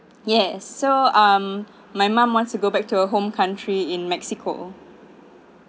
yes so um my mom wants to go back to her home country in mexico